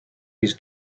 his